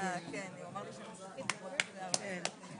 אני